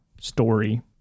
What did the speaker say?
story